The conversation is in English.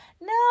No